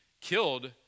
killed